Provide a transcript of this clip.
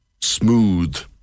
smooth